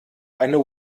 eine